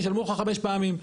ישלמו לך חמש פעמים.